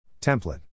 template